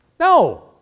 No